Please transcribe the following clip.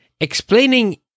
explaining